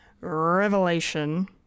Revelation